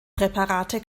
präparate